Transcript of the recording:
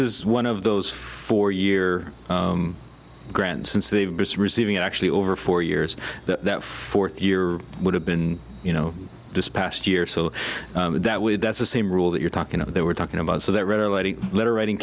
is one of those four year grants since they've been receiving actually over four years that fourth year would have been you know this past year so that would that's the same rule that you're talking about they were talking about so that regulating letter writing